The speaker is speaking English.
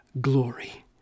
glory